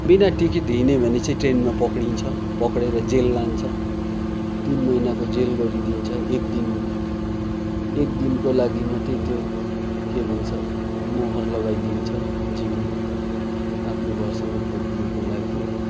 बिना टिकेट हिँड्यो भने चाहिँ ट्रेनमा पक्रिन्छ पक्रेर जेल लान्छ तीन महिनाको जेल गरिदिन्छ एक दिन एक दिनको लागि मात्रै त्यो के भन्छ मोहर लगाइदिन्छ जिउमा आफ्नु घरसम्म पुग्नुको लागि